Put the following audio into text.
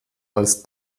als